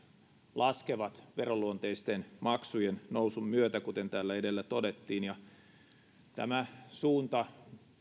laskevat veroluonteisten maksujen nousun myötä kuten täällä edellä todettiin tämä suunta